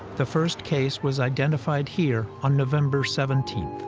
the first case was identified here on november seventeen.